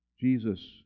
Jesus